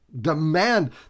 demand